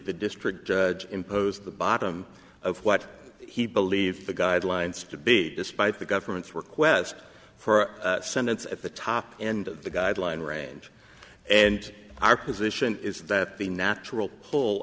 the district judge imposed the bottom of what he believed the guidelines to be despite the government's request for a sentence at the top end of the guideline range and our position is that the natural